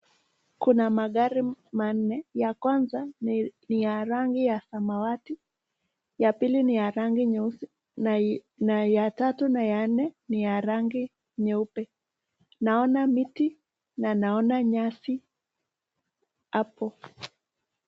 Kuna magari manne ya kwanza ni ya rangi ya samawati ya pili ni ya rangi nyeusi na ya tatu na ya nne ni ya rangi nyeupe, naona miti na ninaona nyasi hapo.